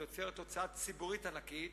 שיוצרת הוצאה ציבורית ענקית,